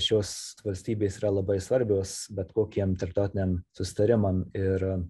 šios valstybės yra labai svarbios bet kokiem tarptautiniam susitarimam ir